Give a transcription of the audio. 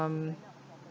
um